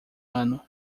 ano